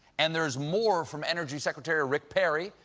and there's more from energy secretary rick perry,